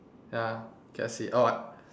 ya just eat orh I